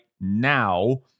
now